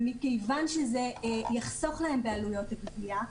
ומכיוון שזה יחסוך להם בעלויות גבייה.